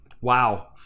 Wow